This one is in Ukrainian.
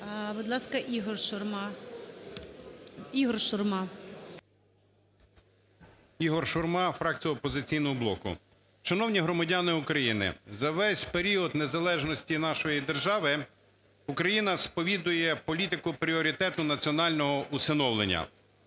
ШУРМА І.М. Ігор Шурма, фракція "Опозиційного блоку". Шановні громадяни України, за весь період незалежності нашої держави Україна сповідує політику пріоритету національного усиновлення.